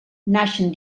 naixen